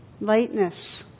Lightness